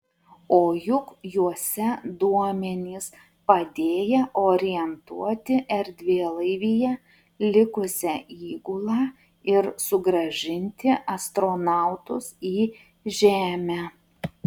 o juk juose duomenys padėję orientuoti erdvėlaivyje likusią įgulą ir sugrąžinti astronautus į žemę